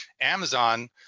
Amazon